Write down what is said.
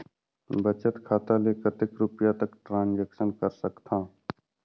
बचत खाता ले कतेक रुपिया तक ट्रांजेक्शन कर सकथव?